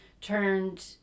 turned